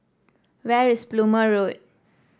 where is Plumer Road